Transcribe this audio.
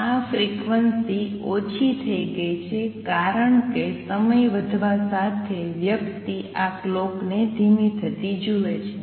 આ ફ્રિક્વન્સી ઓછી થઈ ગઈ છે કારણ કે સમય વધવા સાથે વ્યક્તિ આ ક્લોકને ધીમી થતી જુએ છે